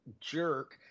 jerk